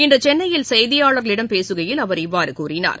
இன்றுசென்னையில் செய்தியாளர்களிடம் பேசுகையில் அவர் இவ்வாறுகூறினார்